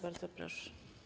Bardzo proszę.